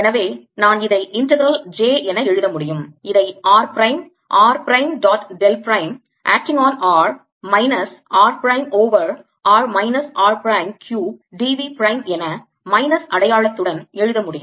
எனவே நான் இதை இண்டெகரெல் j என எழுத முடியும் இதை r prime r prime dot del prime acting on r minus r prime over r minus r prime cube d v prime என மைனஸ் அடையாளத்துடன் எழுதமுடியும்